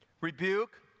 rebuke